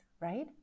right